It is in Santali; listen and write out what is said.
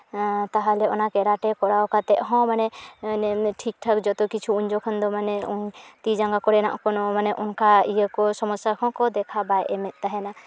ᱛᱟᱦᱚᱞᱮ ᱚᱱᱟ ᱠᱮᱨᱟᱴᱮ ᱠᱚᱨᱟᱣ ᱠᱟᱛᱮ ᱦᱚᱸ ᱢᱟᱱᱮ ᱴᱷᱤᱠ ᱴᱷᱟᱠ ᱡᱚᱛᱚ ᱠᱤᱪᱷᱩ ᱩᱱ ᱡᱚᱠᱷᱚᱱ ᱫᱚ ᱢᱟᱱᱮ ᱛᱤ ᱡᱟᱝᱜᱟ ᱠᱚᱨᱮᱱᱟᱜ ᱚᱱᱠᱟ ᱤᱭᱟᱹ ᱠᱚ ᱥᱚᱢᱚᱥᱥᱟ ᱠᱚᱦᱚᱸ ᱠᱚ ᱫᱮᱠᱷᱟᱣ ᱵᱟᱭ ᱮᱢᱮᱜ ᱛᱟᱦᱮᱱᱟ